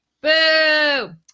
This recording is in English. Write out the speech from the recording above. Boo